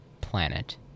planet